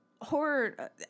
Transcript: horror